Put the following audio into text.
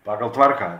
pagal tvarką